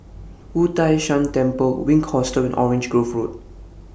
Wu Tai Shan Temple Wink Hostel Orange Grove Road